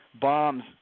bombs